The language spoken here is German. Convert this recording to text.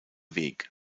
weg